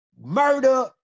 murder